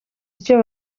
icyo